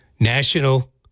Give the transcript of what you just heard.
National